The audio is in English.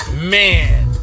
man